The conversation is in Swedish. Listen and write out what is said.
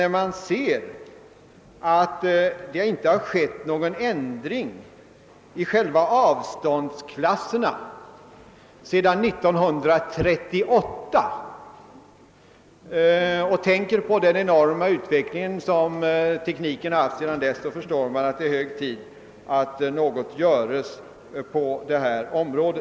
När man ser att det inte har vidtagits någon ändring i fråga om själva avståndsklasserna sedan år 1938 och tänker på den enorma utveckling som tekniken har genomgått sedan dess, förstår man att det är hög tid att något görs på detta område.